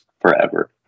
forever